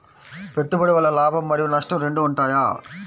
పెట్టుబడి వల్ల లాభం మరియు నష్టం రెండు ఉంటాయా?